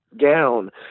gown